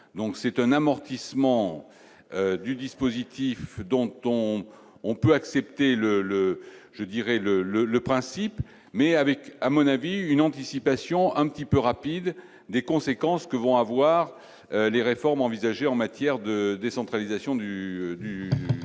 donc c'est un amortissement du dispositif dont on on peut accepter le, le, je dirais le le le principe mais avec Amona vit une anticipation un petit peu rapide des conséquences que vont avoir les réformes envisagées en matière de décentralisation du du